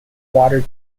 water